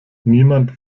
niemand